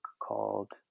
called